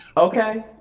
okay.